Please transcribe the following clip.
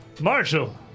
Marshall